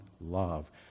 Love